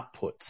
outputs